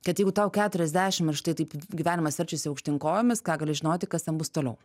kad jeigu tau keturiasdešim ir štai taip gyvenimas verčiasi aukštyn kojomis ką gali žinoti kas ten bus toliau